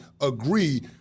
agree